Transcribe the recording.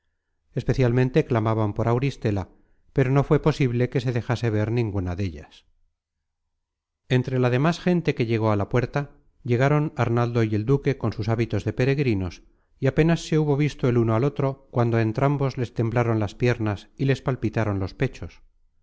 especialmente clamaban por auristela pero no fué posible que se dejase ver ninguna dellas entre la demas gente que llegó á la puerta llegaron arnaldo y el duque con sus hábitos de peregrinos y apenas se hubo visto el uno al otro cuando á entrambos les temblaron las piernas y les palpitaron los pechos